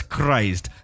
Christ